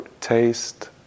taste